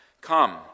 Come